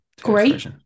Great